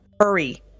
Hurry